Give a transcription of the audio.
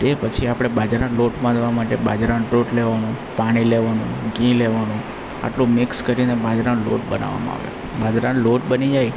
તે પછી આપણે બાજરાનો લોટ બાંધવા માટે બાજરાનો લોટ લેવાનો પાણી લેવાનું ઘી લેવાનું આટલું મિક્સ કરીને બાજરાનો લોટ બનાવામાં આવે બાજરાનો લોટ બની જાય